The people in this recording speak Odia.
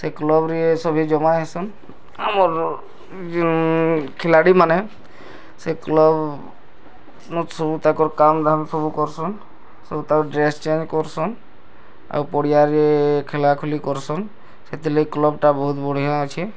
ସେଇ କ୍ଲବ୍ରେ ସଭି ଜମା ହେଇସନ୍ ଆମର ଯେଉଁ ଖିଲାଡ଼ିମାନେ ସେ କ୍ଲବ୍ ମୋତେ ସବୁ ତାଙ୍କର୍ କାମ୍ ଧାମ୍ ସବୁ କରୁସନ୍ ସବୁ ତା'ର ଡ୍ରେସ୍ ଚେଞ୍ଜ କରୁସନ୍ ଆଉ ପଡ଼ିଆରେ ଖେଲା ଖୋଲି କରୁସନ୍ ସେଥି ଲାଗି କ୍ଲବ୍ଟା ବହୁତ ବଢ଼ିଆ ଅଛି